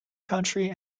country